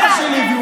אין לך לב?